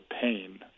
pain